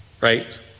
Right